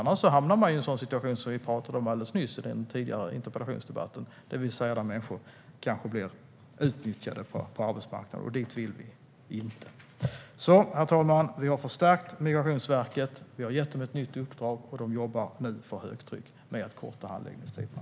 Annars hamnar man i en sådan situation som vi pratade om alldeles nyss, i den tidigare interpellationsdebatten, att människor kanske blir utnyttjade på arbetsmarknaden. Dit vill vi inte. Herr talman! Vi har förstärkt Migrationsverket. Vi har gett dem ett nytt uppdrag, och de jobbar nu för högtryck med att korta handläggningstiderna.